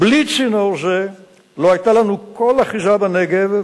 בלי צינור זה לא היתה לנו כל אחיזה בנגב,